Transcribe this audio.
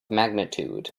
magnitude